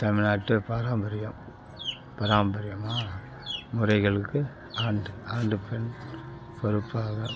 தமிழ்நாட்டு பாரம்பரியம் பாராம்பரியமா முறைகளுக்கு ஆண்டு ஆண்டு பெண் பொறுப்பாக